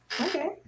Okay